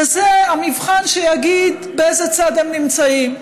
וזה המבחן שיגיד באיזה צד הם נמצאים: